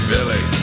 Billy